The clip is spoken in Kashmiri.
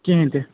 کِہیٖنۍ تہِ